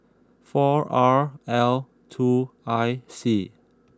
four R L two I C